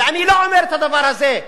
ואני לא אומר את הדבר הזה,